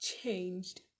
changed